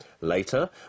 later